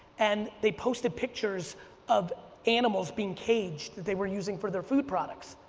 and they posted pictures of animals being caged that they were using for their food products.